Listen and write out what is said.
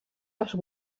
als